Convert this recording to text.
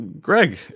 Greg